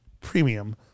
premium